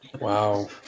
Wow